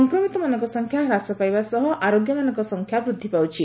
ସଂକ୍ରମିତମାନଙ୍କ ସଂଖ୍ୟା ହ୍ରାସ ପାଇବା ସହ ଆରୋଗ୍ୟମାନଙ୍କ ସଂଖ୍ୟା ବୃଦ୍ଧି ପାଉଛି